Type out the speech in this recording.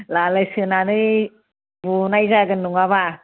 लालेस होनानै बुनाय जागोन नङाबा